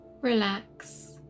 relax